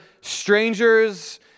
strangers